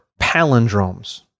palindromes